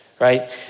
right